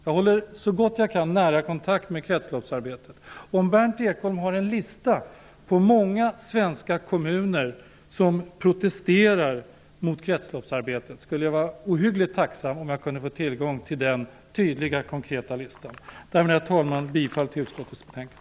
Jag håller så gott jag kan nära kontakt med kretsloppsarbetet. Om Berndt Ekholm har en konkret lista över de många kommuner som protesterar mot kretsloppsarbetet skulle jag vara ohyggligt tacksam om jag kunde få tillgång till denna. Herr talman! Därmed yrkar jag bifall till utskottets hemställan.